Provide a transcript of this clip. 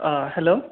hello